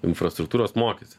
infrastruktūros mokestį